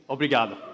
Obrigado